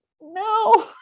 no